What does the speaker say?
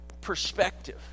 perspective